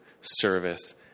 service